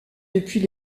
depuis